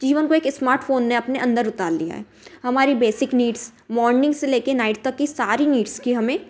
जीवन को एक स्मार्टफोन ने अपने अंदर उतार लिया है हमारी बेसिक नीड्स मॉर्निंग से ले कर नाइट तक की सारी नीड्स की हमें